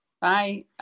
Bye